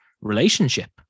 relationship